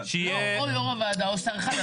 לא, או יו"ר הוועדה או שר אחד.